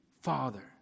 Father